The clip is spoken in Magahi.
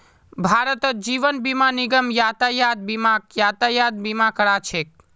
भारतत जीवन बीमा निगम यातायात बीमाक यातायात बीमा करा छेक